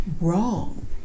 Wrong